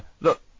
look